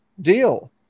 deal